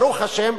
ברוך השם,